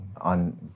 on